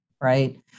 right